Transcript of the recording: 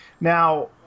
now